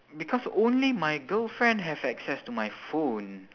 because only my girlfriend have access to my phone